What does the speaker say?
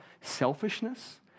selfishness